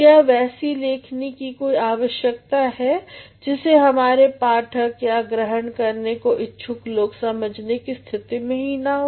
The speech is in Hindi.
क्या वैसी लेखनी की कोई आवश्यकता है जिसे हमारे पाठक या ग्रहण करने को इच्छुक लोग समझने की स्थिति में न हों